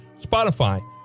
Spotify